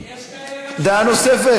יש כאלה גם, דעה נוספת.